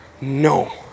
No